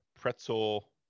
pretzel